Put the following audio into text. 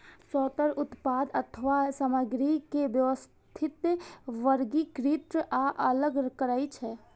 sorter उत्पाद अथवा सामग्री के व्यवस्थित, वर्गीकृत आ अलग करै छै